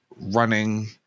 running